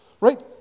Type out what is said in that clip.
Right